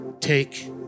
Take